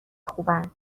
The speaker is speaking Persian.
خوبن